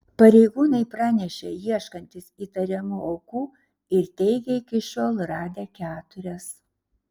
pareigūnai pranešė ieškantys įtariamų aukų ir teigė iki šiol radę keturias